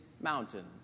mountain